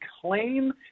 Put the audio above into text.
claim